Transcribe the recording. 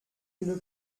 une